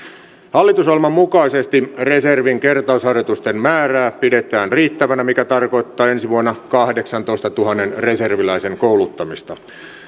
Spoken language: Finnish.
hallitusohjelman mukaisesti reservin kertausharjoitusten määrää pidetään riittävänä mikä tarkoittaa ensi vuonna kahdeksantoistatuhannen reserviläisen kouluttamista